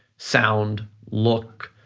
sound, look,